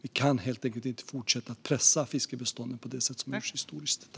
Vi kan helt enkelt inte fortsätta att pressa fiskebestånden på det sätt som vi gjort historiskt.